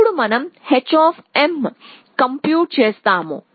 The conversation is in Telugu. అప్పుడు మనం h కంప్యూట్ చేస్తాము